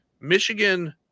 michigan